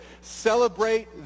celebrate